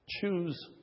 choose